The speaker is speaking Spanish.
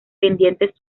pendientes